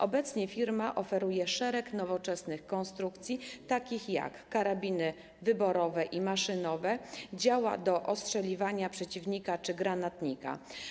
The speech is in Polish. Obecnie firma oferuje szereg nowoczesnych konstrukcji, takich jak: karabiny wyborowe i maszynowe, działa do ostrzeliwania przeciwnika czy granatnika.